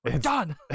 done